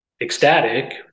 ecstatic